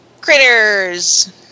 Critters